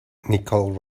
nicole